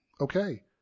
Okay